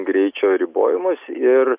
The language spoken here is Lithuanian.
greičio ribojimus ir